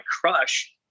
crush